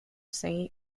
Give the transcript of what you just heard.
sang